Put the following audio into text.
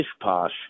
posh